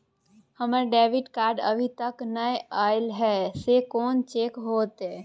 हमर debit card अभी तकल नय अयले हैं, से कोन चेक होतै?